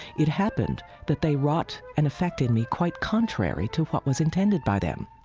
it happened that they wrought an effect in me quite contrary to what was intended by them,